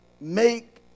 make